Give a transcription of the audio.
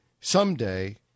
someday